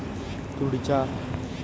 तुरीवरच्या अळीसाठी कोनतं कीटकनाशक हाये?